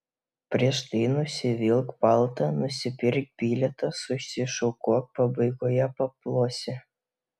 prieš tai nusivilk paltą nusipirk bilietą susišukuok pabaigoje paplosi